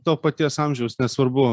to paties amžiaus nesvarbu